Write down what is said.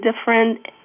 different